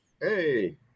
Hey